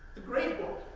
the grade book,